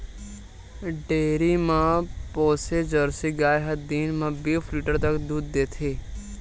dairy म पोसे Jersey गाय ह दिन म बीस लीटर तक दूद देथे